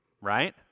right